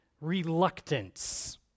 reluctance